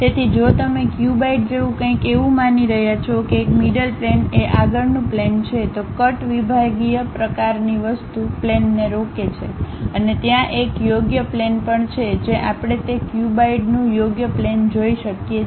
તેથી જો તમે ક્યુબઇડ જેવું કંઇક એવું માની રહ્યા છો કે એક મિડલ પ્લેન એ આગળનું પ્લેન છે તો કટ વિભાગીય પ્રકારની વસ્તુ પ્લેનને રોકે છે અને ત્યાં એક યોગ્ય પ્લેન પણ છે જે આપણે તે ક્યુબઇડનું યોગ્ય પ્લેન જોઈ શકીએ છીએ